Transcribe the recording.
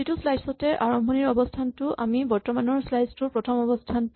প্ৰতিটো স্লাইচ তে আৰম্ভণিৰ অৱস্হানটো আমাৰ বৰ্তমানৰ স্লাইচ টোৰ প্ৰথম অৱস্হানটো